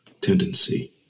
tendency